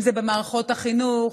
אם זה במערכות החינוך,